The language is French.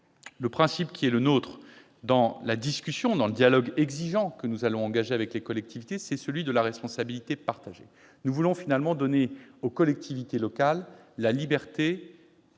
Le principe qui est le nôtre, dans le dialogue exigeant que nous allons engager avec les collectivités, est celui de la responsabilité partagée. Nous voulons finalement donner aux collectivités locales la liberté